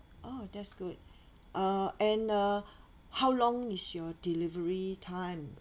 oh that's good uh and uh how long is your delivery time